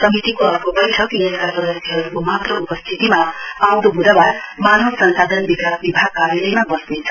समितिको अर्को बैठक यसका सदस्यहरूको मात्र उपस्थिति आउंदो ब्धबार मानव संसाधन विकास विभाग कार्यालयमा बस्नेछ